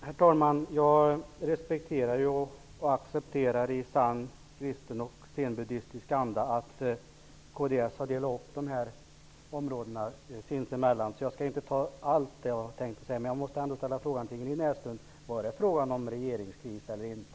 Herr talman! Jag respekterar och accepterar i sann kristen och zenbuddistisk anda att kds har delat upp de här områdena sinsemellan, så jag skall inte ta upp allt det jag tänkte säga. Men jag måste ändå ställa frågan till Ingrid Näslund: Var det fråga om regeringskris eller inte?